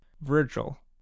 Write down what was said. virgil